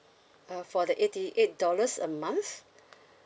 uh for the eighty eight dollars a month